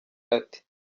ati